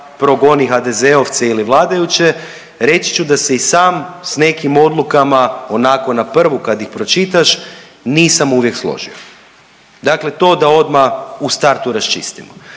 progoni HDZ-ovce ili vladajuće. Reći ću da se i sam s nekim odlukama onako na prvu kad ih pročitaš nisam uvijek složio. Dakle, to da odmah u startu raščistimo.